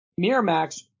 Miramax